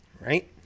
right